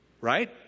Right